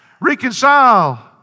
reconcile